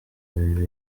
bibi